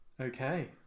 Okay